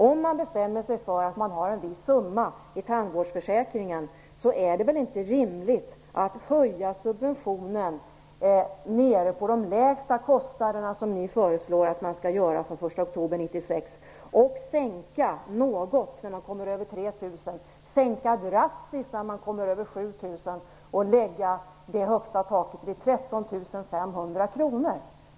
Om man bestämmer sig för att man har en viss summa i tandvårdsförsäkringen är det väl inte rimligt att höja subventionen på de lägsta kostnaderna, som ni föreslår att man skall göra den 1 oktober 1996, sänka subventionen något på kostnader över 3 000 kr och drastiskt på kostnader över 7 000 samt lägga taket vid 13 500 kr.